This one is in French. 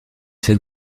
cette